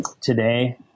Today